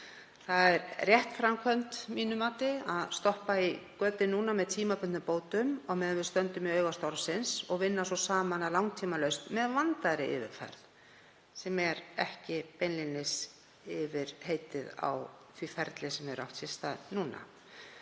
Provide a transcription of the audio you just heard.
Það er rétt framkvæmd að mínu mati að stoppa í götin núna með tímabundnum bótum á meðan við stöndum í auga stormsins og vinna svo saman að langtímalausn með vandaðri yfirferð, sem er ekki beinlínis yfirheitið á því ferli sem hefur átt sér stað